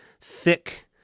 thick-